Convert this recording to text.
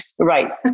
Right